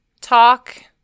talk